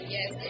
Yes